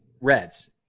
Reds